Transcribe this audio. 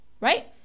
right